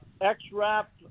X-Wrap